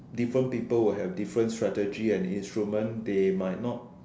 different people will have different strategy and instrument they might not